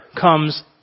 comes